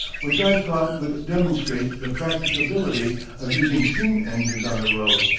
which i thought would demonstrate the practicability of using steam-engines on the road,